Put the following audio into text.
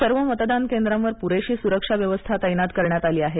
सर्व मतदान केंद्रांवर पुरेशी सुरक्षा व्यवस्था तैनात करण्यात आली आहे